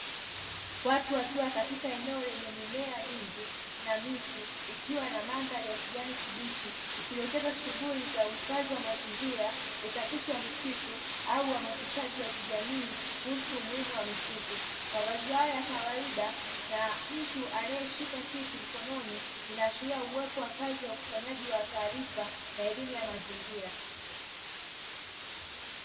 Watu wakiwa katika eneo lenye mimea mingi na miti ikiwa na mandhari ya kijani kibichi, ikidokeza shughuli za uhifadhi wa mazingira, utafiti wa misitu au uhamasishaji wa kijamii, kuhusu umuhimu wa misitu. Mavazi yao ya kawaida na mtu anayeshika kitu mkononi, vinaashiria uwepo wa kazi ya ukusanyaji wa taarifa na elimu ya mazingira.